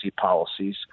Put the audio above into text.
policies